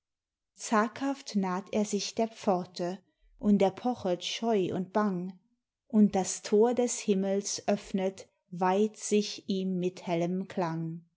zaghaft naht er sich der pforte und er pochet scheu und bang und das tor des himmels öffnet weit sich ihm mit hellem klang